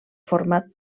format